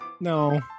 no